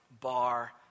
bar